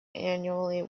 annually